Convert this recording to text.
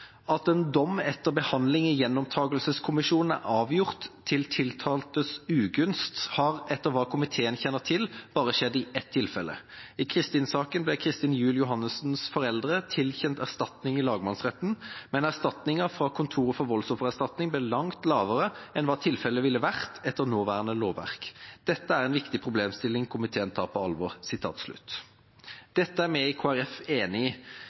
en dom etter behandling i Gjenopptakelseskommisjonen er avgjort til tiltaltes ugunst, har etter hva komiteen kjenner til, bare skjedd i ett tilfelle. I Kristin-saken ble Kristin Juel Johannessens foreldre tilkjent erstatning i lagmannsretten, men erstatningen fra Kontoret for voldsoffererstatning ble langt lavere enn hva tilfellet ville vært etter nåværende lovverk. Dette er en viktig problemstilling komiteen tar på alvor.» Dette er vi i Kristelig Folkeparti enig i